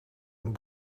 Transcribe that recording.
een